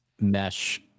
mesh